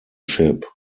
ship